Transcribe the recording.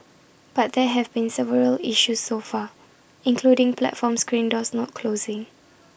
but there have been several issues so far including platform screen doors not closing